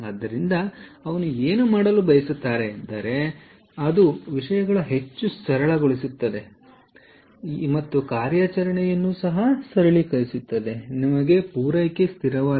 ಆದ್ದರಿಂದ ಅವರು ಏನು ಮಾಡಲು ಬಯಸುತ್ತಾರೆ ಎಂಬುದು ಸೂಕ್ತವಾಗಿದೆ